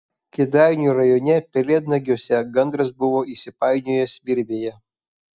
kėdainių rajone pelėdnagiuose gandras buvo įsipainiojęs virvėje